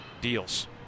deals